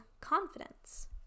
confidence